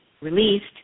released